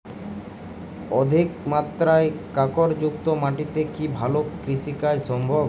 অধিকমাত্রায় কাঁকরযুক্ত মাটিতে কি ভালো কৃষিকাজ সম্ভব?